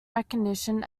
recognition